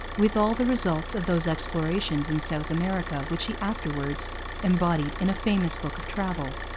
with all the results of those explorations in south america which he afterwards embodied in a famous book of travel.